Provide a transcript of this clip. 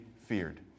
feared